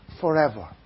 forever